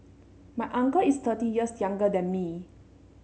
my uncle is thirty years younger than me